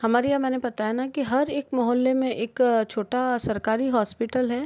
हमारी यहाँ मैंने बताया ना कि हर एक मोहल्ले में एक छोटा सरकारी हॉस्पिटल है